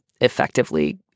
effectively